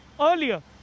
Earlier